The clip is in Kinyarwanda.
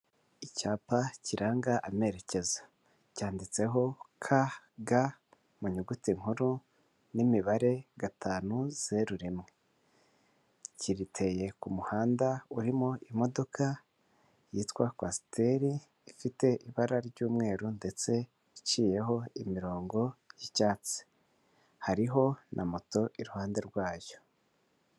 Icyapa kiranga amerekeza cyanditseho KG mu nyuguti nkuru n'imibare gatanu, zeru, rimwe, giteye ku muhanda urimo imodoka yitwa kwasiteri, ifite ibara ry'umweru, ndetse iciyeho imirongo y'icyatsi, hariho na moto iruhande rwayo.